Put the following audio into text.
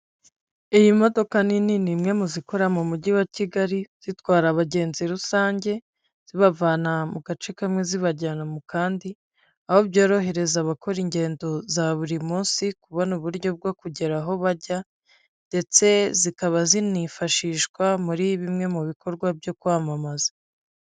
Iyi modoka nini ni imwe mu zikora mu mujyi wa Kigali zitwara abagenzi rusange, zibavana mu gace kamwe zibajyana mu kandi, aho byorohereza abakora ingendo za buri munsi kubona uburyo bwo kugera aho bajya ndetse zikaba zinifashishwa muri bimwe mu bikorwa byo kwamamaza.